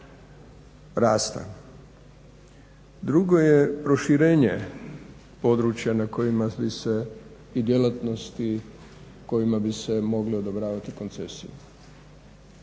Drugo je proširenje područja na kojima bi se i djelatnosti i kojima bi se mogle odobravati koncesije.